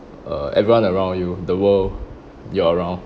uh everyone around you the world you're around